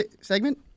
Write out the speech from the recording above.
segment